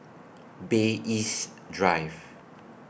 Bay East Drive